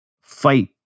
fight